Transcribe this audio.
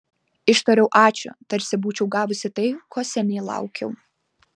ištariau ačiū tarsi būčiau gavusi tai ko seniai laukiau